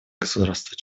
государства